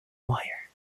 wire